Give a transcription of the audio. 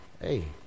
Hey